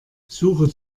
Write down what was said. suche